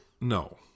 No